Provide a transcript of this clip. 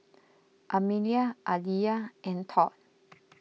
Amelia Aleah and Todd